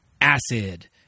acid